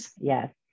Yes